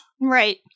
Right